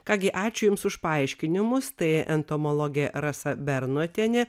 ką gi ačiū jums už paaiškinimus tai entomologė rasa bernotienė